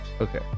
Okay